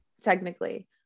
technically